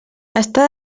està